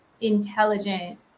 intelligent